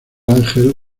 ángel